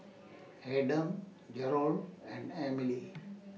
Adams Jerold and Emile